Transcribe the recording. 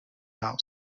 house